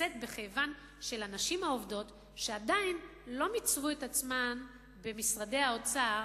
לשאת בכאבן של הנשים העובדות שעדיין לא מיצבו את עצמן במשרדי האוצר